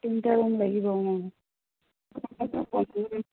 তিনিটা ৰুম লাগিব অঁ